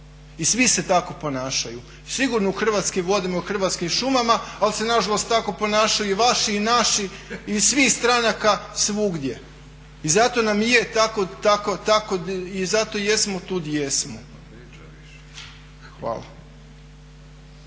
svi se tako ponašaju. Sigurno u Hrvatskim vodama i u Hrvatskim šumama, ali se nažalost tako ponašaju i vaši i naši i iz svih stranaka svugdje. I zato nam i je tako i zato jesmo tu gdje jesmo. Hvala.